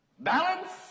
balance